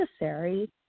necessary